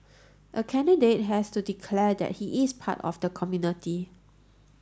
a candidate has to declare that he is part of the community